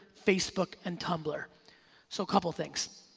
facebook and tumbler so couple things,